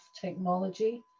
technology